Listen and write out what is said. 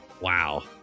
wow